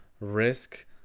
risk